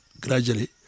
gradually